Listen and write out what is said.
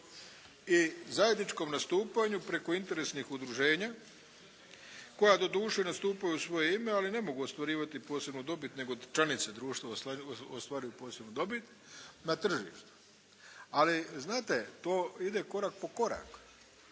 i zajedničkom nastupanju preko interesnih udruženja koja doduše nastupaju u svoje ime ali ne mogu ostvarivati posebnu dobit nego članice društva ostvaruju posebnu dobit na tržištu. Ali znate, to ide korak po korak.